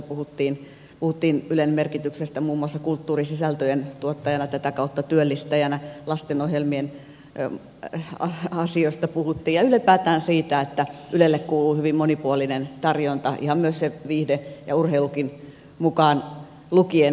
puhuttiin ylen merkityksestä muun muassa kulttuurisisältöjen tuottajana tätä kautta työllistäjänä lastenohjelmien asioista puhuttiin ja ylipäätään siitä että ylelle kuuluu hyvin monipuolinen tarjonta ihan myös se viihde ja urheilukin mukaan lukien